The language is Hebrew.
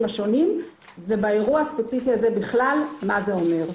השונים ובאירוע הספציפי הזה בכלל מה זה אומר.